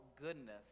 goodness